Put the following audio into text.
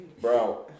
Bro